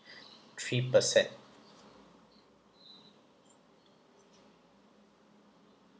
three per cent